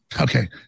Okay